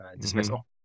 dismissal